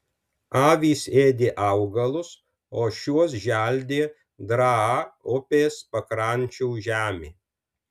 avys ėdė augalus o šiuos želdė draa upės pakrančių žemė